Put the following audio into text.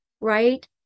right